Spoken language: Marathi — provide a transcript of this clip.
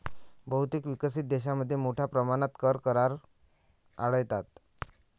बहुतेक विकसित देशांमध्ये मोठ्या प्रमाणात कर करार आढळतात